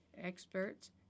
experts